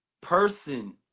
person